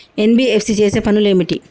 NBFC చేసే పనులు ఏమిటి?